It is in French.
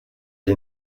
est